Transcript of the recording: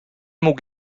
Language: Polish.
mógł